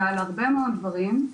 ועל הרבה מאוד דברים,